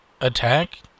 attack